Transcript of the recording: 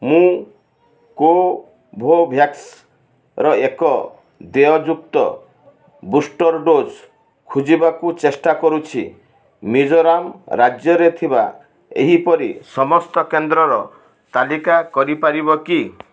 ମୁଁ କୋଭୋଭ୍ୟାକ୍ସର ଏକ ଦେୟଯୁକ୍ତ ବୁଷ୍ଟର୍ ଡୋଜ୍ ଖୋଜିବାକୁ ଚେଷ୍ଟା କରୁଛି ମିଜୋରାମ୍ ରାଜ୍ୟରେ ଥିବା ଏହିପରି ସମସ୍ତ କେନ୍ଦ୍ରର ତାଲିକା କରିପାରିବ କି